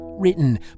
Written